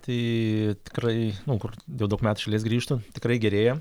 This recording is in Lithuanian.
tai tikrai nu kur jau daug metų iš eilės grįžtu tikrai gerėja